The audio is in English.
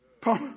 Paul